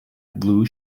blue